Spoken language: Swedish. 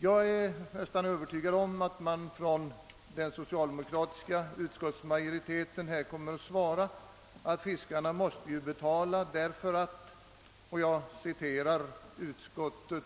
Jag är övertygad om att man här kommer att svara från den socialdemokratiska utskottsmajoriteten, att fiskarna ju måste betala skatt därför att det — och jag citerar utskottet